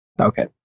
okay